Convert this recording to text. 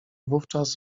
wówczas